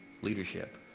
leadership